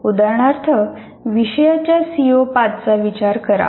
उदाहरणार्थ विषयाच्या सीओ 5 चा विचार करा